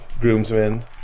groomsmen